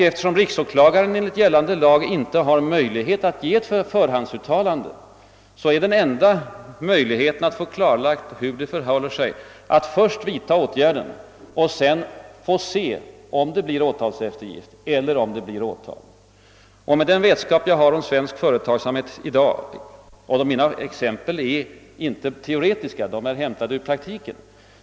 Eftersom riksåklagaren enligt gällande lag inte har möjlighet att göra ett förhandsuttalande, är den enda möjligheten att få klarlagt hur det förhåller sig att först vidta åtgärden och sedan se om det blir åtalseftergift eller åtal. Mina exempel om svensk företagsamhet är inte teoretiska. De är hämtade ur praktiken.